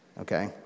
okay